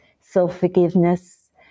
self-forgiveness